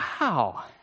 wow